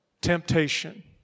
temptation